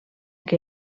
que